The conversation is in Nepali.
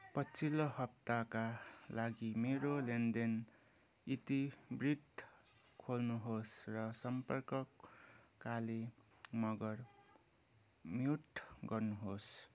पछिल्लो हप्ताका लागि मेरो लेनदेन इतिवृत्त खोल्नुहोस् र सम्पर्क काले मगर म्युट गर्नुहोस्